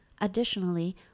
Additionally